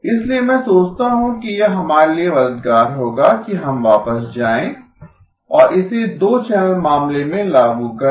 इसलिए मै सोचता हूँ यह हमारे लिए मददगार होगा कि हम वापस जाएँ और इसे दो चैनल मामले में लागू करें